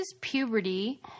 puberty